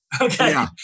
okay